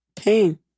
Pain